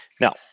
Now